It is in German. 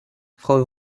frau